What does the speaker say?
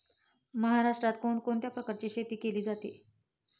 महाराष्ट्रात कोण कोणत्या प्रकारची शेती केली जाते?